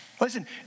Listen